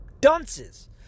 dunces